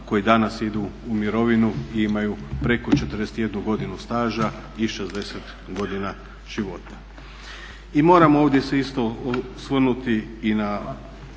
koji danas idu u mirovinu i imaju preko 41 godinu staža i 60 godina života. I moram ovdje se isto osvrnuti i na